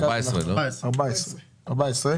אתה צודק.